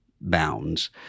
bounds